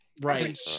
Right